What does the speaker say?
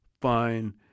fine